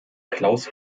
klaus